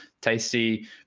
Tasty